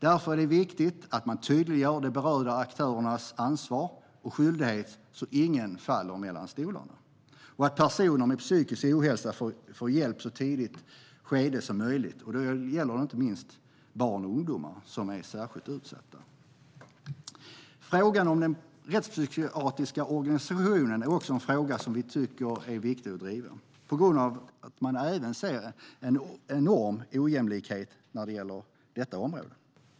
Det är därför viktigt att man tydliggör de berörda aktörernas ansvar och skyldigheter, så att ingen faller mellan stolarna. Personer med psykisk ohälsa ska få hjälp i ett så tidigt skede som möjligt. Det gäller inte minst barn och ungdomar, som är särskilt utsatta. Rättspsykiatrins organisation är en fråga som också är viktig att driva. Även där ser man enorma ojämlikheter.